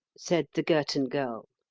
said the girton girl.